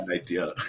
idea